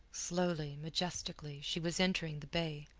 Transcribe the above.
slowly, majestically, she was entering the bay.